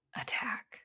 attack